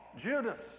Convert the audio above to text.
Judas